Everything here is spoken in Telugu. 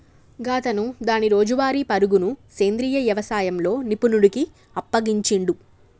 గాతను దాని రోజువారీ పరుగును సెంద్రీయ యవసాయంలో నిపుణుడికి అప్పగించిండు